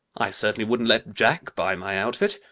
i certainly wouldn't let jack buy my outfit.